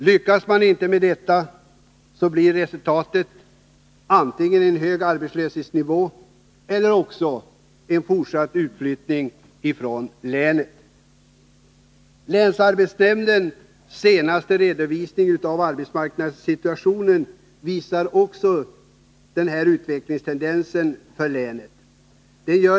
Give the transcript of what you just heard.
Lyckas man inte med detta blir resultatet antingen en hög arbetslöshetsnivå eller också en fortsatt utflyttning från länet. Länsarbetsnämndens senaste redovisning av arbetsmarknadssituationen visar också utvecklingstendensen för länet.